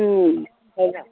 उम् हजुर